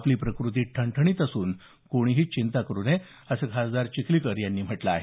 आपली प्रकृती ठणठणीत असून कोणती चिंता करू नये असं खासदार चिखलीकर यांनी म्हटल आहे